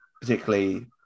particularly